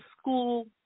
school